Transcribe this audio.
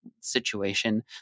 situation